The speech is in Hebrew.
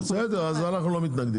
בסדר, אז אנחנו לא מתנגדים.